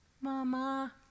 Mama